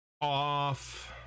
off